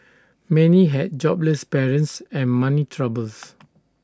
many had jobless parents and money troubles